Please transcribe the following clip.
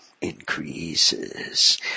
increases